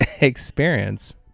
experience